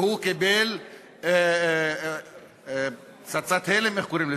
והוא קיבל פצצת הלם, איך קוראים לזה?